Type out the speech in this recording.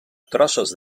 trossos